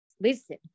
listen